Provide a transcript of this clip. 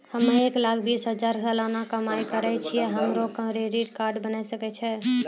हम्मय एक लाख बीस हजार सलाना कमाई करे छियै, हमरो क्रेडिट कार्ड बने सकय छै?